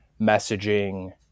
messaging